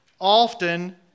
often